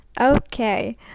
Okay